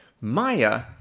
Maya